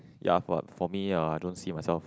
ya for for me I don't see myself